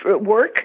work